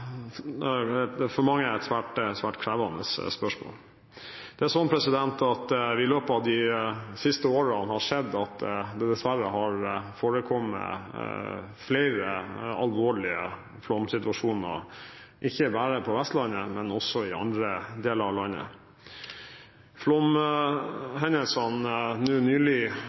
for mange svært krevende spørsmål. I løpet av de siste årene har vi sett at det dessverre har forekommet flere alvorlige flomsituasjoner, ikke bare på Vestlandet, men også i andre deler av landet. Flomhendelsene på Vestlandet nå nylig,